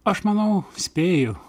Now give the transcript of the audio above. aš manau spėju